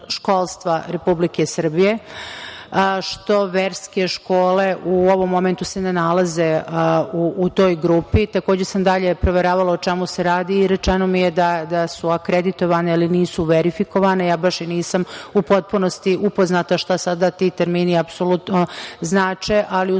Republike Srbije, a verske škole u ovom momentu se ne nalaze u toj grupi. Takođe sam dalje proveravala o čemu se radi i rečeno mi je da su akreditovane, ali nisu verifikovane. Baš i nisam u potpunosti upoznata šta sada ti termini apsolutno znače, ali u